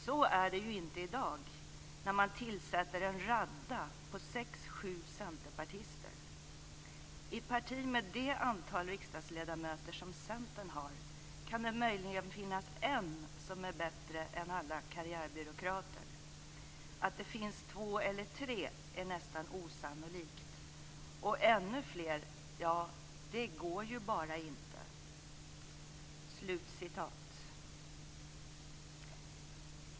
Så är det ju inte i dag, när man tillsätter en radda på sex, sju centerpartister. I ett parti med det antal riksdagsledamöter som centern har kan det möjligen finnas en som är bättre än alla karriärbyråkrater. Att det finns två eller tre är nästan osannolikt och ännu fler, ja, det går ju bara inte."